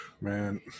man